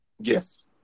Yes